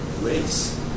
race